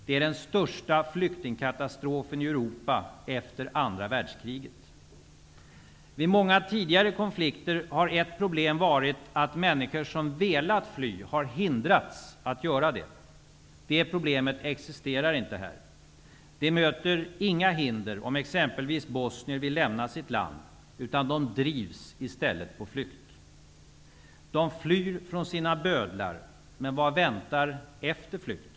Det är den största flyktingkatastrofen i Europa efter andra världskriget. Vid många tidigare konflikter har ett problem varit att människor som velat fly har hindrats att göra det. Det problemet existerar inte här. Det möter inga hinder om exempelvis bosnier vill lämna sitt land. De drivs i stället på flykt. De flyr från sina bödlar. Men vad väntar dem efter flykten?